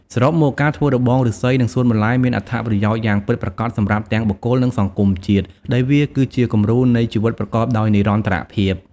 សរុបមក ការធ្វើរបងឬស្សីនិងសួនបន្លែមានអត្ថប្រយោជន៍យ៉ាងពិតប្រាកដសម្រាប់ទាំងបុគ្គល និងសង្គមជាតិ ដោយវាគឺជាគំរូនៃជីវិតប្រកបដោយនិរន្តរភាព។